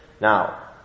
Now